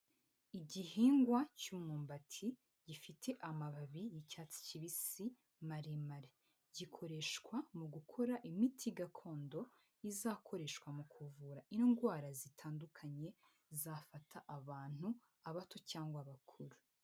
Igihingwa cy'umwumbati gifite amababi y'icyatsi kibisi maremare gikoreshwa mu gukora imiti gakondo izakoreshwa mu kuvura indwara zitandukanye zafata abantu, abato cyangwa abakuru.